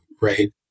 right